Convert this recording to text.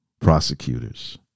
prosecutors